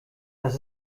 das